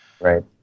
Right